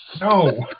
no